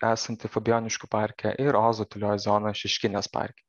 esanti fabijoniškių parke ir ozo tylioji zona šeškinės parke